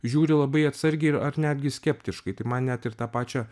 žiūri labai atsargiai ir ar netgi skeptiškai tai man net ir tą pačią